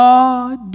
God